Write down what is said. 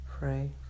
Pray